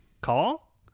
call